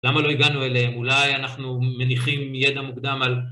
למה לא הגענו אליהם? אולי אנחנו מניחים ידע מוקדם על...